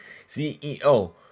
CEO